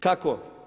Kako?